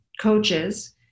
coaches